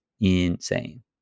insane